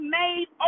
made